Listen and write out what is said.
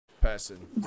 person